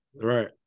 Right